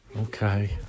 Okay